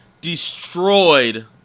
destroyed